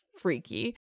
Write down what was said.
freaky